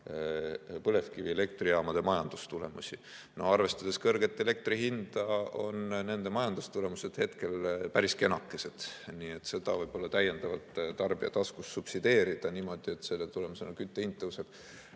põlevkivielektrijaamade majandustulemusi. Arvestades kõrget elektri hinda, on nende majandustulemused hetkel päris kenakesed. Nii et seda võib-olla täiendavalt tarbija taskust subsideerida niimoodi, et selle tulemusena kütte hind tõuseb,